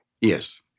Yes